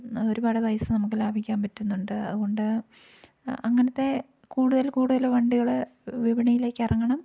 ഒരുപാട് പൈസ നമുക്ക് ലാഭിക്കാൻ പറ്റുന്നുണ്ട് അതുകൊണ്ട് അങ്ങനത്തെ കൂടുതൽ കൂടുതല് വണ്ടികള് വിപണിയിലേക്ക് ഇറങ്ങണം